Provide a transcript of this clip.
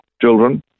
children